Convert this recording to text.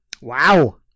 Wow